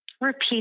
repeat